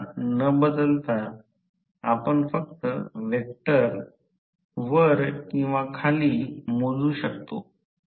आता इतर प्रकारचा भार आपण आपल्या अभ्यासामध्ये विचार करणार नाही परंतु आपल्या सामान्य ज्ञानासाठी कधीकधी भार किंवा स्ट्रे लॉस